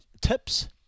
tips